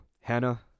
hannah